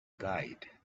guide